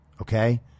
Okay